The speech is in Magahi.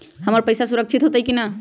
हमर पईसा सुरक्षित होतई न?